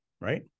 right